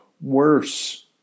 worse